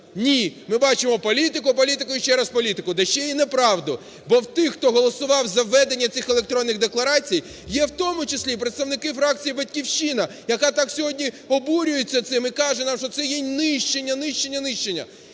Ні, ми бачимо політику, політику і ще раз політику, та ще і неправду. Бо в тих, хто голосував за введення цих електронних декларацій, є в тому числі і представники фракції "Батьківщина", яка так сьогодні обурюється цим і каже нам, що це є нищення, нищення, нищення.